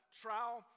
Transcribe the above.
trial